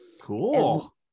Cool